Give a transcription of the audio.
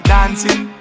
Dancing